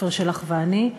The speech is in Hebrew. עפר שלח ואני,